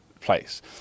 place